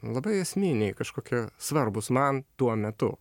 labai esminiai kažkokie svarbūs man tuo metu